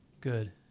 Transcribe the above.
Good